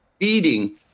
feeding